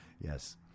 yes